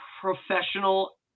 professional